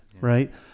right